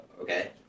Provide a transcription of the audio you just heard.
Okay